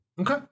Okay